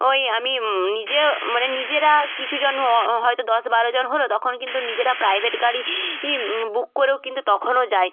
ওই আমি নিজেও মানে নিজেরা কিছু জন হয়তো দশ বারোজন হল তখন কিন্তু নিজেরা প্রাইভেট গাড়ি ই বুক করেও কিন্তু তখনও যাই